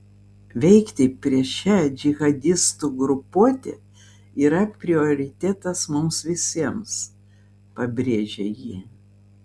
veikti prieš šią džihadistų grupuotę yra prioritetas mums visiems pabrėžė ji